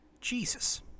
Jesus